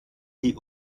die